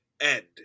end